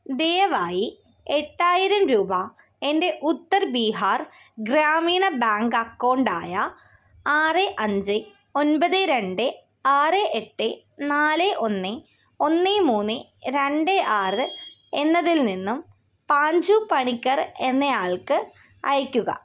ദയവായി എട്ടായിരം രൂപ എൻ്റെ ഉത്തർ ബീഹാർ ഗ്രാമീണ ബാങ്ക് അക്കൗണ്ട് ആയ ആറ് അഞ്ച് ഒൻപത് രണ്ട് ആറ് എട്ട് നാല് ഒന്ന് ഒന്ന് മൂന്ന് രണ്ട് ആറ് എന്നതിൽ നിന്നും പാഞ്ചു പണിക്കർ എന്ന ആൾക്ക് അയയ്ക്കുക